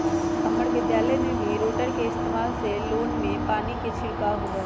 हम्मर विद्यालय में भी रोटेटर के इस्तेमाल से लोन में पानी के छिड़काव होबा हई